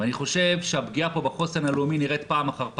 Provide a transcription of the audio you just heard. ואני חושב שהפגיעה בחוסן הלאומי נראית פעם אחר פעם.